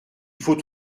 faut